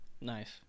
Nice